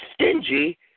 stingy